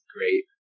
great